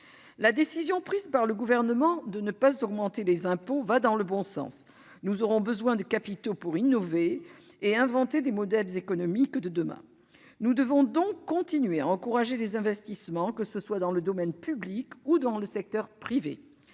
La décision prise par le Gouvernement de ne pas augmenter les impôts va dans le bon sens. Nous aurons besoin de capitaux pour innover et inventer les modèles économiques de demain. Nous devons donc continuer à encourager les investissements, que ce soit dans le domaine public ou dans le secteur privé.